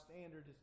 standard